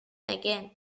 again